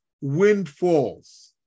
windfalls